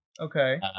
Okay